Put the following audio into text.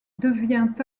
devient